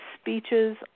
speeches